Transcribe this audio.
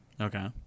Okay